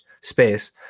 space